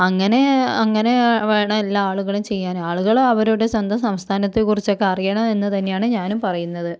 അങ്ങനെ അങ്ങനെ വേണം എല്ലാ ആളുകളും ചെയ്യാന് ആളുകള് അവരുടെ സ്വന്തം സംസ്ഥാനത്തെ കുറിച്ചൊക്കെ അറിയണം എന്നു തന്നെയാണ് ഞാനും പറയുന്നത്